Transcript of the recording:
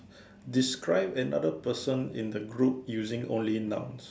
describe another person in the group using only nouns